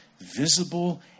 visible